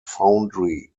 foundry